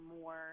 more